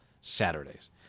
Saturdays